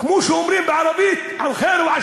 כמו שאומרים בערבית (אומר בערבית ומתרגם